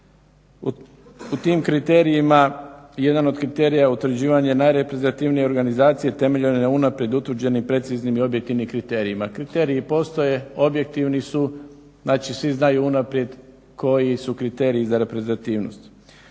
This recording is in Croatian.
u tim kriterijima jedan od kriterija je utvrđivanje najreprezentativnije organizacije temeljene na unaprijed utvrđenim i preciznim i objektivnijim kriterijima. Kriteriji postoje, objektivni su, znači svi znaju unaprijed koji su kriteriji za reprezentativnost.